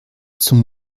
zum